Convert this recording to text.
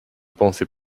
pensais